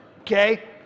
okay